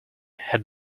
had